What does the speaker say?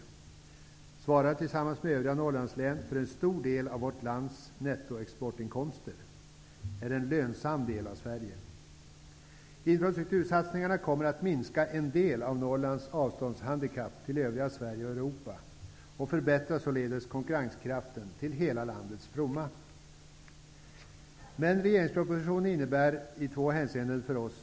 Länet svarar tillsammans med övriga Norrlandslän för en stor del av vårt lands nettoexportinkomster och är en lönsam del av Sverige. Infrastruktursatsningarna kommer att minska en del av Norrlands avståndshandikapp till övriga Sverige och Europa och förbättrar således konkurrenskraften, till hela landets fromma. Regeringspropositionen innebar dock två besvikelser för oss.